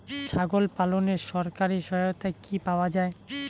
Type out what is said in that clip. ছাগল পালনে সরকারি সহায়তা কি পাওয়া যায়?